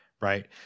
right